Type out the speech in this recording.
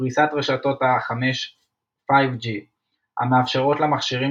ופריסת רשתות ה-5G המאפשרות למכשירים